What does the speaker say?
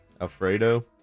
Alfredo